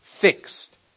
fixed